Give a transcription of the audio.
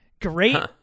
great